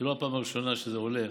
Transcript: זו לא הפעם הראשונה שהוא עולה,